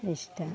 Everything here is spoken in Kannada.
ಇಷ್ಟ